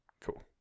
cool